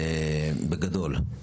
בגדול.